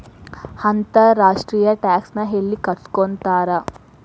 ಅಂತರ್ ರಾಷ್ಟ್ರೇಯ ಟ್ಯಾಕ್ಸ್ ನ ಯೆಲ್ಲಿ ಕಟ್ಟಸ್ಕೊತಾರ್?